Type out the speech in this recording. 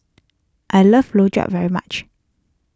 I love Rojak very much